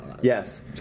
Yes